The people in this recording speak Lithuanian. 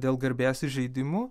dėl garbės įžeidimų